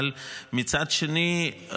אבל מצד שני,